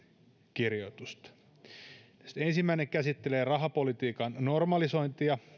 kirjoitusta näistä ensimmäinen käsittelee rahapolitiikan normalisointia